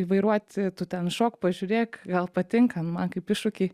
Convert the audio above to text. įvairuot tu ten šok pažiūrėk gal patinka man kaip iššūkį